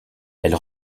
elle